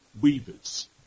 Weavers